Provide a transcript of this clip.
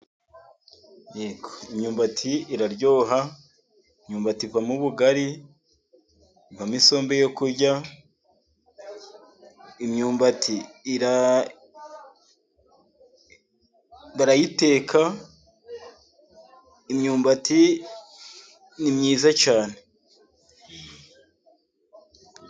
Imyumbati iraryoha, imyumbati ivamo ubugari ivamo isombe yo kurya, imyumbati barayiteka imyumbati ni myiza cyane.